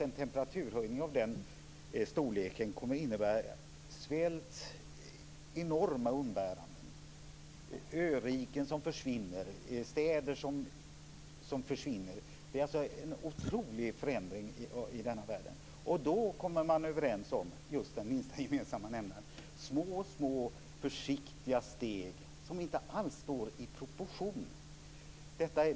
En temperaturhöjning av den storleken kommer att innebära svält och enorma umbäranden. Öriken och städer försvinner. Det kommer att innebära en otrolig förändring i denna värld. Man kommer då överens om den minsta gemensamma nämnaren. Det är mycket små försiktiga steg som inte alls står i proportion till problemet.